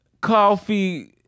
coffee